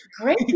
great